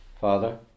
Father